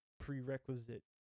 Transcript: prerequisite